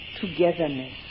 togetherness